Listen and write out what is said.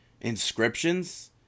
inscriptions